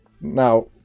Now